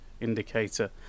indicator